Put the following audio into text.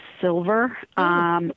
silver